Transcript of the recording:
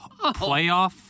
playoff